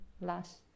last